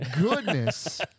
goodness